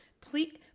Please